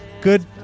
good